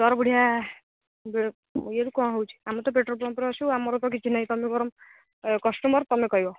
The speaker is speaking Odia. ତା'ର ବଢ଼ିଆ ଇଏରୁ କ'ଣ ହେଉଛି ଆମେ ତ ପେଟ୍ରୋଲ୍ ପମ୍ପର ଅଛୁ ଆମର ତ କିଛି ନାହିଁ ତୁମେ ବରଂ କ'ଣ କଷ୍ଟମର୍ ତୁମେ କହିବ